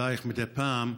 אלייך מדי פעם,